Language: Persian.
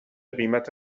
قیمت